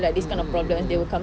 mm mm mm mm mm